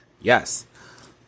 Yes